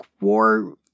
War